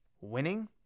winning